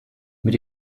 mit